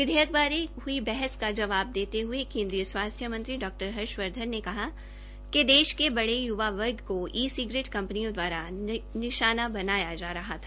विधेयक बारे हई बहस का जवाब देते हये केन्द्रीय स्वास्थ्य मंत्री डा हर्षवर्धन ने कहा कि देश के बड़े यूवा वर्ग को ई सिगरेट कंपनियों द्वारा निशाना बनाया जा रहा है